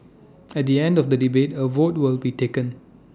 at the end of the debate A vote will be taken